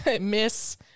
Miss